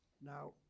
Now